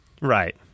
right